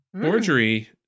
Forgery